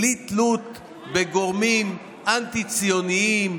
בלי תלות בגורמים אנטי-ציוניים,